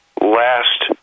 last